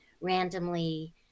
randomly